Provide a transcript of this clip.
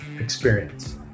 experience